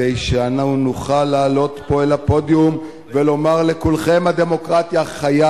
כדי שאנחנו נוכל לעלות פה אל הפודיום ולומר לכולכם: הדמוקרטיה חיה,